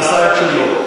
אז נמשיך את הדיון בוועדה.